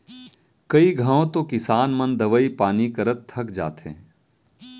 कई घंव तो किसान मन दवई पानी करत थक जाथें